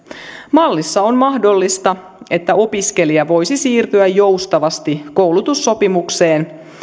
mallissa on mahdollista että opiskelija voisi siirtyä joustavasti koulutussopimukseen